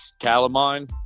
Calamine